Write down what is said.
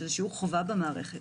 שהוא שיעור חובה במערכת,